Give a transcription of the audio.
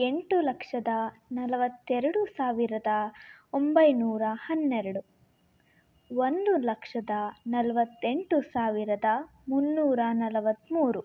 ಎಂಟು ಲಕ್ಷದ ನಲವತ್ತೆರಡು ಸಾವಿರದ ಒಂಬೈನೂರ ಹನ್ನೆರಡು ಒಂದು ಲಕ್ಷದ ನಲವತ್ತೆಂಟು ಸಾವಿರದ ಮುನ್ನೂರ ನಲವತ್ಮೂರು